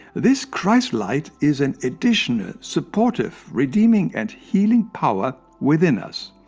this christ-light is an additional, supportive, redeeming and healing power within us.